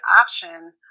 option